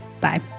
Bye